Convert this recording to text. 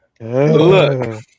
Look